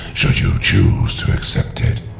should you choose to accept it,